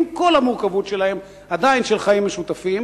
עם כל המורכבות שלהם, עדיין של חיים משותפים.